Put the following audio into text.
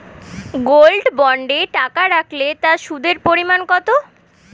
Gold বন্ডে টাকা রাখলে তা সুদের পরিমাণ কত?